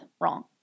wrong